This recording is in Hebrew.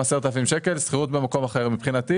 זוגות צעירים קונים דירה במחיר למשתכן,